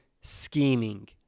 scheming